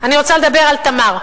אני רוצה לדבר על "תמר".